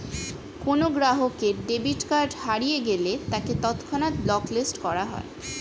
কোনো গ্রাহকের debit card হারিয়ে গেলে তাকে তৎক্ষণাৎ ব্লক লিস্ট করা হয়